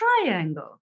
triangle